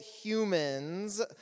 humans